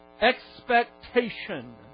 expectation